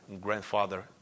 grandfather